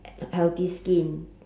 healthy skin